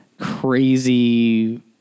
crazy